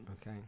Okay